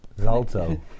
Zalto